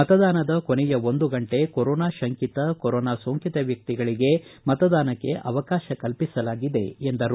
ಮತದಾನದ ಕೊನೆಯ ಒಂದು ಗಂಟೆ ಕೊರೊನಾ ಶಂಕಿತ ಕೊರೊನಾ ಸೋಂಕಿತ ವ್ಯಕ್ತಿಗಳಿಗೆ ಮತದಾನಕ್ಕೆ ಅವಕಾಶ ಕಲ್ಪಿಸಲಾಗಿದೆ ಎಂದರು